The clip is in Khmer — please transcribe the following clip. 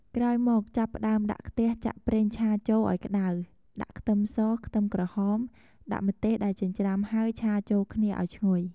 ក្រោយមកចាប់ផ្តើមដាក់ខ្ទះចាក់ប្រេងឆាចូលឱ្យក្ដៅ ដាក់ខ្ទឹមស ខ្ទឹមក្រហម ដាក់ម្ទេសដែលចិញ្រ្ចាំហើយឆាចូលគ្នាឱ្យឈ្ងុយ។